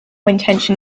intention